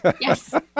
Yes